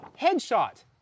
headshot